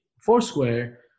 Foursquare